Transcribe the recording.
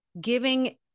giving